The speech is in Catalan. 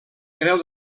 creu